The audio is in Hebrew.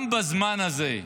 בזמן הזה,